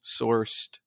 sourced